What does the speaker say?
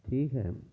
ٹھیک ہے